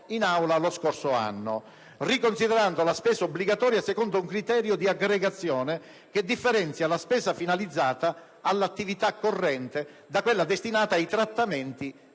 in Aula lo scorso anno, riconsiderando la spesa obbligatoria secondo un criterio di aggregazione che differenzia la spesa finalizzata all'attività corrente da quella destinata ai trattamenti